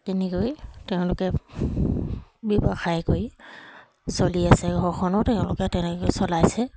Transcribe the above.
তেনেকৈ তেওঁলোকে ব্যৱসায় কৰি চলি আছে ঘৰখনো তেওঁলোকে তেনেকৈ চলাইছে